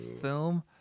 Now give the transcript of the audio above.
film